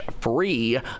free